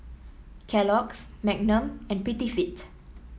Kellogg's Magnum and Prettyfit